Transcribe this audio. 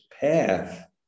path